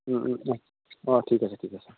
অঁ ঠিক আছে ঠিক আছে